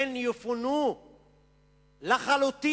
הן יפונו לחלוטין.